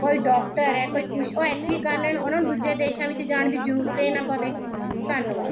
ਕੋਈ ਡੋਕਟਰ ਹੈ ਕੋਈ ਕੁਛ ਉਹ ਇੱਥੇ ਹੀ ਕਰ ਲੈਣ ਉਹਨਾਂ ਨੂੰ ਦੂਜੇ ਦੇਸ਼ਾਂ ਵਿੱਚ ਜਾਣ ਦੀ ਜ਼ਰੂਰਤ ਏ ਨਾ ਪਵੇ ਧੰਨਵਾਦ